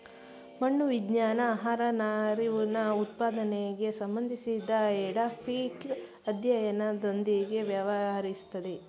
ಮಣ್ಣು ವಿಜ್ಞಾನ ಆಹಾರನಾರಿನಉತ್ಪಾದನೆಗೆ ಸಂಬಂಧಿಸಿದಎಡಾಫಿಕ್ಅಧ್ಯಯನದೊಂದಿಗೆ ವ್ಯವಹರಿಸ್ತದೆ